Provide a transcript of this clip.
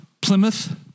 Plymouth